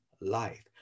life